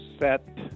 set